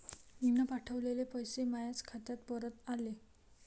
मीन पावठवलेले पैसे मायाच खात्यात परत आले